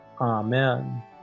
Amen